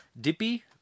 Dippy